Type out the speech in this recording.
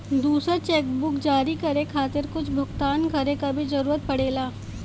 दूसर चेकबुक जारी करे खातिर कुछ भुगतान करे क भी जरुरत पड़ेला